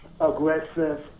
aggressive